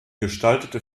gestaltete